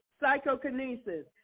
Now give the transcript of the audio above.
psychokinesis